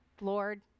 Lord